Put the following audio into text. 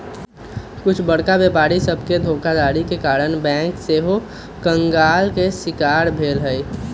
कुछ बरका व्यापारी सभके धोखाधड़ी के कारणे बैंक सेहो कंगाल के शिकार भेल हइ